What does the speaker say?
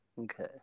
Okay